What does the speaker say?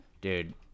dude